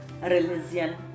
Religion